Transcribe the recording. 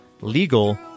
legal